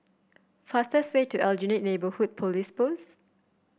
fastest way to Aljunied Neighbourhood Police Post